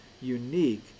unique